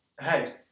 Hey